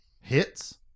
hits